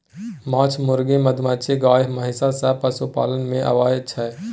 माछ, मुर्गी, मधुमाछी, गाय, महिष सब पशुपालन मे आबय छै